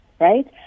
right